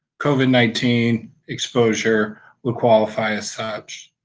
covid nineteen exposure will qualify as such.